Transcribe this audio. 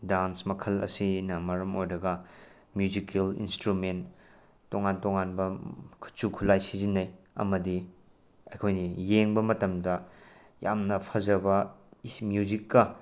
dance ꯃꯈꯜ ꯑꯁꯤꯅ ꯃꯔꯝ ꯑꯣꯏꯔꯒ ꯃ꯭ꯌꯨꯖꯤꯀꯦꯜ ꯏꯟꯇ꯭ꯔꯨꯃꯦꯟ ꯇꯣꯉꯥꯟ ꯇꯣꯉꯥꯟꯕ ꯈꯨꯠꯁꯨ ꯈꯨꯂꯥꯏ ꯁꯤꯖꯟꯅꯩ ꯑꯃꯗꯤ ꯑꯩꯈꯣꯏꯅ ꯌꯦꯡꯕ ꯃꯇꯝꯗ ꯌꯥꯝꯅ ꯐꯖꯕ ꯃ꯭ꯌꯨꯖꯤꯛꯀ